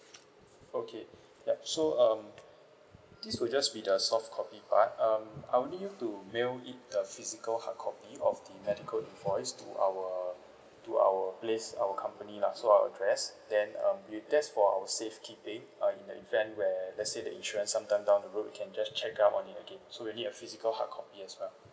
okay yup so um this will just be the softcopy part um I will need you to mail it a physical hardcopy of the medical invoice to our to our place our company lah so our address then um with that's for our safe keeping uh in the event where let's say the insurance some time down the road can just check out on it again so we'll need a physical hardcopy as well